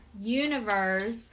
universe